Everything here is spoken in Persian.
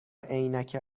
عینک